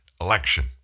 election